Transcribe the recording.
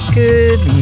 good